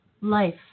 life